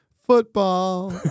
Football